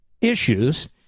issues